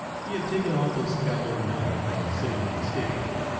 he had taken off his cavalry helmet while sitting on the stage.